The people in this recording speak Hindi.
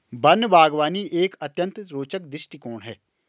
वन बागवानी एक अत्यंत रोचक दृष्टिकोण है